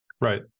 right